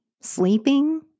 sleeping